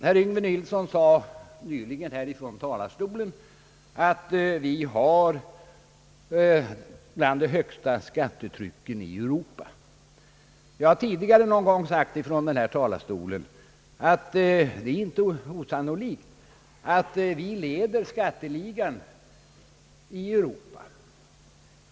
Herr Yngve Nilsson nämnde nyligen härifrån talarstolen att vi har ett av de högsta skattetrycken i Europa. Jag har tidigare från denna talarstol sagt att det inte är osannolikt att vi leder skatteligan i Europa.